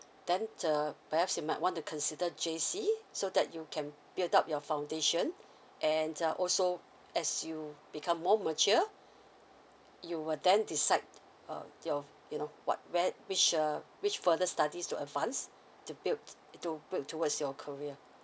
then the perhaps you might want to consider J_C so that you can build up your foundation and uh also as you become more mature you will then decide uh your you know what where which uh which further studies to advance to build to build towards your career